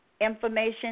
information